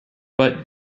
but